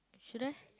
should I